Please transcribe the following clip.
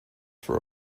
for